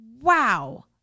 wow